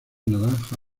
naranja